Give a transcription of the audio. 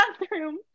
bathroom